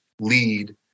lead